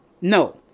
No